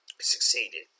Succeeded